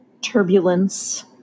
turbulence